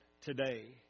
today